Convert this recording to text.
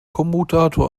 kommutator